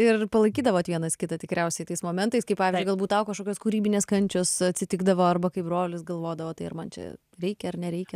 ir palaikydavot vienas kitą tikriausiai tais momentais kai pavyzdžiui galbūt tau kažkokios kūrybinės kančios atsitikdavo arba kai brolis galvodavo tai ar man čia reikia ar nereikia